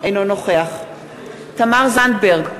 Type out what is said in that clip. אינו נוכח תמר זנדברג,